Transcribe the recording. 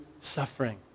suffering